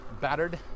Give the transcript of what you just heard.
battered